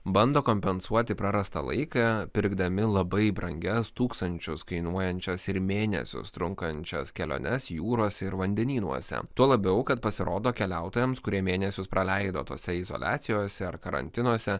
bando kompensuoti prarastą laiką pirkdami labai brangias tūkstančius kainuojančias ir mėnesius trunkančias keliones jūrose ir vandenynuose tuo labiau kad pasirodo keliautojams kurie mėnesius praleido tose izoliacijos ar karantinuose